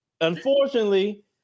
unfortunately